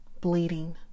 bleeding